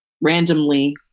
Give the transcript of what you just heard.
randomly